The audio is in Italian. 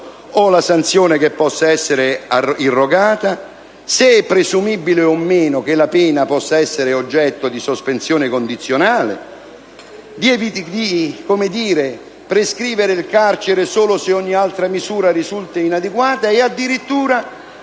e la sanzione che possa essere irrogata, valutare se è presumibile o meno che la pena possa essere oggetto di sospensione condizionale e prescrivere il carcere solo se ogni altra misura risulti inadeguata e, addirittura,